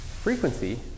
frequency